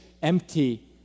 empty